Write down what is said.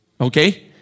Okay